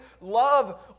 love